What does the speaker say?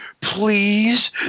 please